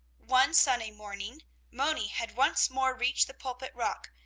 one sunny morning moni had once more reached the pulpit-rock,